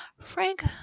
Frank